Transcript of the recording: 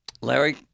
Larry